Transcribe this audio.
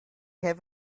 have